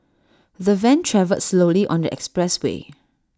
the van travelled slowly on the expressway